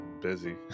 busy